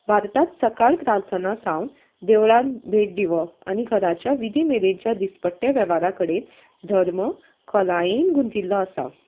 भारतांत सकाळ प्रार्थना सावन देवळान भेट दिवप आनी घराच्या विधी मेरेनच्या दिसपट्ट्या वेव्हाराकडेन धर्म खोलायेन गुंथिल्लो आसा